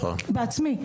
בעצמי,